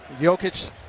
Jokic